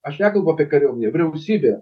aš nekalbu apie kariuomenę vyriausybė